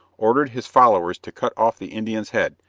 ordered his followers to cut off the indian's head,